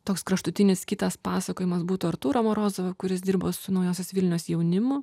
toks kraštutinis kitas pasakojimas būtų artūro morozovo kuris dirbo su naujosios vilnios jaunimu